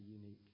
unique